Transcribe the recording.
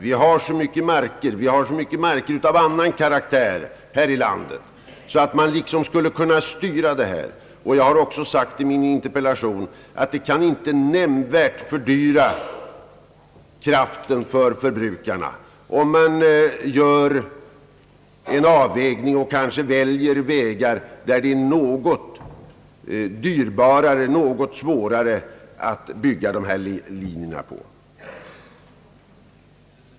Vi har så mycket mark av annan karaktär här i landet att man borde kunna styra denna aktivitet. I min interpellation har jag också sagt, att det inte nämnvärt kan fördyra kraften för förbrukarna om man gör en avvägning och kanske väljer vägar där det är något dyrbarare eller svårare att bygga dessa kraftlinjer.